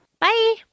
Bye